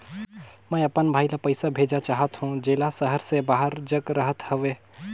मैं अपन भाई ल पइसा भेजा चाहत हों, जेला शहर से बाहर जग रहत हवे